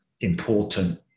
important